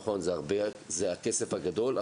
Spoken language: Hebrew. נכון זה הכסף הגדול,